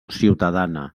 ciutadana